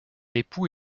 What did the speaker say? époux